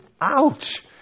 ouch